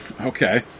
Okay